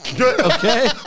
Okay